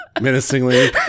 Menacingly